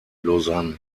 lausanne